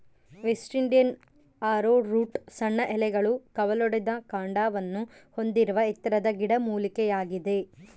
West Indian arrowroot ಸಣ್ಣ ಎಲೆಗಳು ಕವಲೊಡೆದ ಕಾಂಡವನ್ನು ಹೊಂದಿರುವ ಎತ್ತರದ ಗಿಡಮೂಲಿಕೆಯಾಗಿದೆ